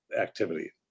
activity